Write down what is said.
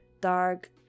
dark